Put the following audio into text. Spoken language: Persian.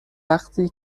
وقتی